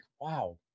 wow